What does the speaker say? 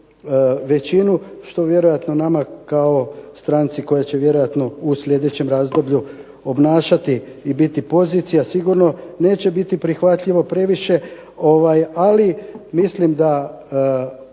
većinu što vjerojatno nama kao stranci koja će vjerojatno u sljedećem razdoblju obnašati i biti pozicija sigurno, neće biti prihvatljivo previše, ali mislim da